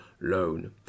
loan